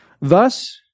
Thus